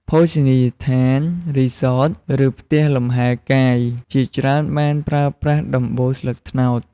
ភោជនីយដ្ឋាន រីសត ឬផ្ទះលំហែកាយជាច្រើនបានប្រើប្រាស់ដំបូលស្លឹកត្នោត។